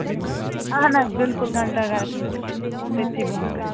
اَہن حظ بِلکُل گھنٛٹاگرَس نِش تٔتھۍ برٛونٛٹھ کَنۍ